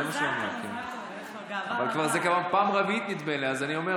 אבל זו כבר פעם רביעית, נדמה לי.